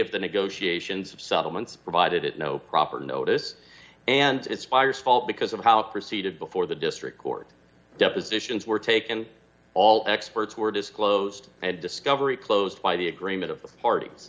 of the negotiations of settlements provided it no proper notice and its buyers fault because of how proceeded before the district court depositions were taken all experts were disclosed and discovery closed by the agreement of the part